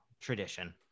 tradition